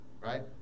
Right